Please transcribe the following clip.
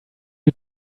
you